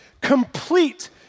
Complete